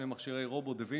שני מכשירי רובוט דה וינצ'י,